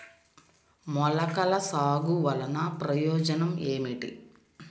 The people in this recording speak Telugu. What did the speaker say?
మొలకల సాగు వలన ప్రయోజనం ఏమిటీ?